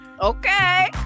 Okay